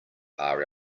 are